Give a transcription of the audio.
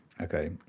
Okay